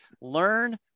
learn